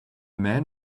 man